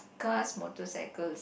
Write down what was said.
cars motorcycles